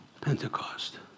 Pentecost